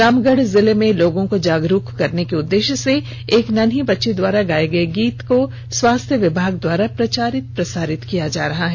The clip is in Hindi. रामगढ़ जिले में लोगों को जागरूक करने के उददेष्य से एक नन्ही बच्ची द्वारा गाये गये गीत को स्वास्थ्य विभाग द्वारा प्रचारित प्रसारित किया जा रहा है